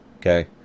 Okay